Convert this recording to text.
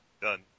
Done